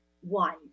one